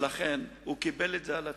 ולכן הוא קיבל את זה על עצמו.